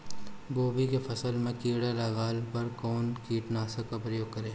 गोभी के फसल मे किड़ा लागला पर कउन कीटनाशक का प्रयोग करे?